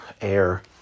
air